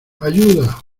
ayuda